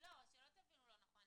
שלא תבינו לא נכון: